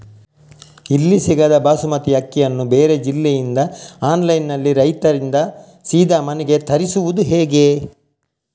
ಇಲ್ಲಿ ಸಿಗದ ಬಾಸುಮತಿ ಅಕ್ಕಿಯನ್ನು ಬೇರೆ ಜಿಲ್ಲೆ ಇಂದ ಆನ್ಲೈನ್ನಲ್ಲಿ ರೈತರಿಂದ ಸೀದಾ ಮನೆಗೆ ತರಿಸುವುದು ಹೇಗೆ?